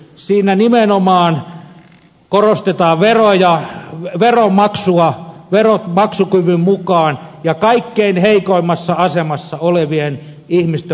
siinä nimenomaan korostetaan veronmaksua verot maksukyvyn mukaan ja kaikkein heikoimmassa asemassa olevien ihmisten puolustamista